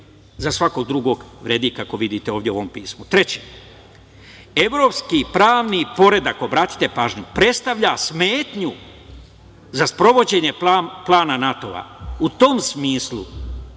za svakog drugog vredi, kako vidite u ovom pismu. Treće, evropski pravni poredak, obratite pažnju, predstavlja smetnju za sprovođenje plana NATO, i u tom smislu,